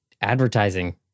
advertising